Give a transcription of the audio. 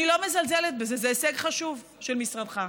אני לא מזלזלת בזה, זה הישג חשוב של משרדך.